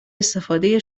استفاده